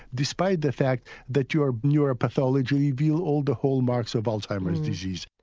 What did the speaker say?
despite the fact that your your pathology reveals all the hallmarks of alzheimer's disease.